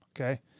okay